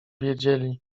wiedzieli